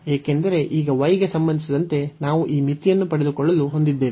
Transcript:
ಏಕೆಂದರೆ ಈಗ y ಗೆ ಸಂಬಂಧಿಸಿದಂತೆ ನಾವು ಈ ಮಿತಿಯನ್ನು ಪಡೆದುಕೊಳ್ಳಲು ಹೊಂದಿದ್ದೇವೆ